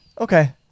okay